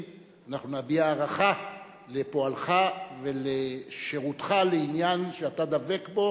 אנחנו נביע הערכה לפועלך ולשירותך בעניין שאתה דבק בו,